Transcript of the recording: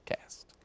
cast